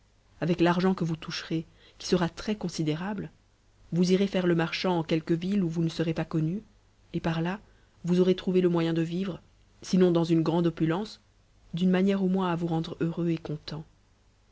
avec l'argent que vous toucherez qui sera très considérable vous irez faire le marchand en quelque ville où vous ne serez pas connu et par là vous aurez trouvé le moyen de vivre sinon dans une grande opulence d'une manière au moins à vous rendre heureux et content